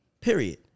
period